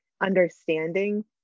understanding